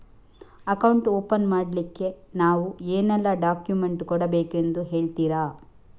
Account open ಮಾಡ್ಲಿಕ್ಕೆ ನಾವು ಏನೆಲ್ಲ ಡಾಕ್ಯುಮೆಂಟ್ ಕೊಡಬೇಕೆಂದು ಹೇಳ್ತಿರಾ?